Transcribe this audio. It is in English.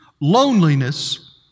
loneliness